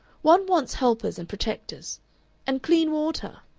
one wants helpers and protectors and clean water.